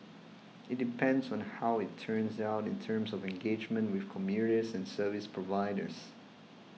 it depends on how it turns out in terms of engagement with commuters and service providers